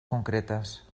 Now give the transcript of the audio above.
concretes